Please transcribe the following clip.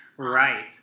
Right